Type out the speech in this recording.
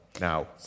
now